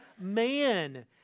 man